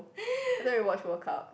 I thought you watch World Cup